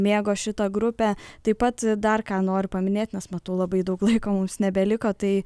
mėgo šitą grupę taip pat dar ką noriu paminėt nes matau labai daug laiko mums nebeliko tai